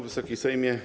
Wysoki Sejmie!